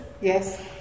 Yes